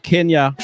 Kenya